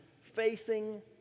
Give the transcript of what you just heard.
facing